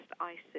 ISIS